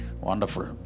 Wonderful